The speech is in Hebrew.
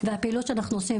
והפעילות שאנחנו עושים,